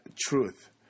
truth